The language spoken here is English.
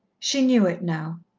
she knew it now.